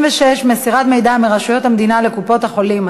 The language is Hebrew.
56) (מסירת מידע מרשויות המדינה לקופות-החולים),